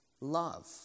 love